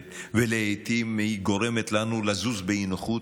ולעיתים היא גורמת לנו לזוז באי-נוחות,